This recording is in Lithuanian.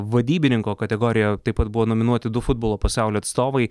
vadybininko kategorijoje taip pat buvo nominuoti du futbolo pasaulio atstovai